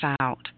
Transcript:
out